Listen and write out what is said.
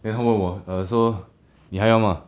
then 他问我 err so 你还要吗